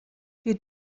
wir